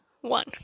one